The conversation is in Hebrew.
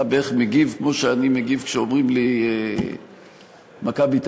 אתה מגיב בערך כמו שאני מגיב כשאומרים לי "מכבי תל-אביב",